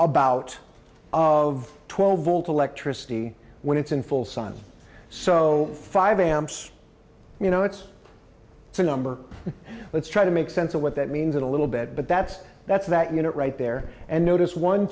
about of twelve volt electricity when it's in full sun so five amps you know it's a number let's try to make sense of what that means in a little bit but that's that's that unit right there and notice one